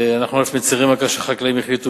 אנחנו ממש מצרים על כך שחקלאים החליטו